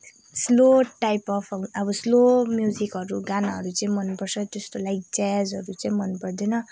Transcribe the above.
slow type of अब slow म्युजिकहरू गानाहरू चाहिँ मनपर्छ र त्यस्तो लािक जेजहरू चाहिँ मन पर्दैन